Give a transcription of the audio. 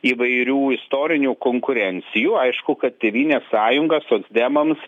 įvairių istorinių konkurencijų aišku kad tėvynės sąjunga socdemams